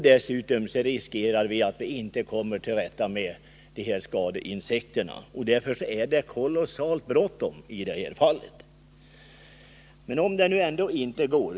Dessutom riskerar vi att inte kunna komma till rätta med skadeinsekterna. Därför är det kolossalt bråttom i det här fallet med smidigare beslut i dispensfrågan.